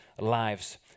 lives